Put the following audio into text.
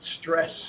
stress